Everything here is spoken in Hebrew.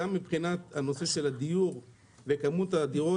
גם מבחינת מספר הדירות בשוק,